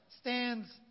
stands